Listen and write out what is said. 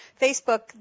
Facebook